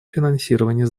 финансирования